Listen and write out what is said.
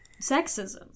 sexism